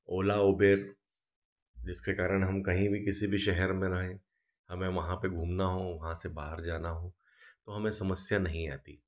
ओला Uber जिसके कारण हम कहीं भी किसी भी शहर में रहें हमें वहाँ पर घूमना हो वहाँ से बाहर जाना हो तो हमें समस्या नहीं आती